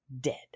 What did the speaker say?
Dead